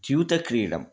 द्यूतक्रीडा